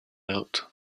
out